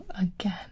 again